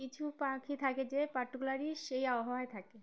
কিছু পাখি থাকে যে পার্টিকুলারলি সেই আবহাওয়ায় থাকে